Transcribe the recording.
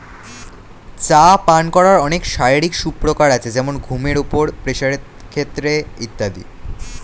চা পান করার অনেক শারীরিক সুপ্রকার আছে যেমন ঘুমের উপর, প্রেসারের ক্ষেত্রে ইত্যাদি